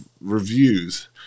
reviews